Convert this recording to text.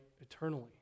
eternally